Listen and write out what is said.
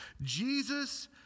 Jesus